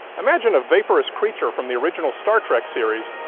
imagine a vaporous creature from the original star trek series,